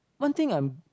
one thing I'm